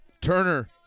Turner